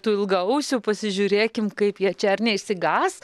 tų ilgaausių pasižiūrėkim kaip jie čia ar neišsigąs